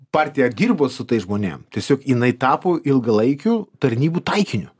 partija dirbo su tais žmonėm tiesiog jinai tapo ilgalaikių tarnybų taikiniu